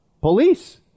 police